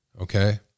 okay